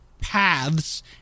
paths